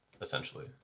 essentially